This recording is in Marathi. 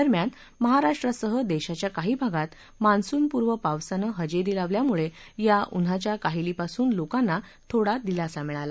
दरम्यान महाराष्ट्रासह देशाच्या काही भागात मान्सूनपूर्व पावसानं हजेरी लावल्यामुळे या उन्हाच्या काहीलीपासून लोकांना थोडा दिलासा मिळाला